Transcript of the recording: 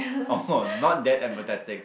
oh not that empathetic